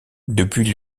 depuis